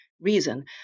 reason